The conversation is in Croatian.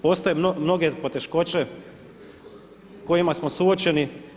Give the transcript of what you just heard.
Postoje mnoge poteškoće s kojima smo suočeni.